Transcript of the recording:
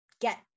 get